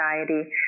anxiety